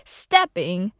stepping